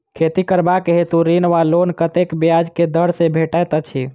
खेती करबाक हेतु ऋण वा लोन कतेक ब्याज केँ दर सँ भेटैत अछि?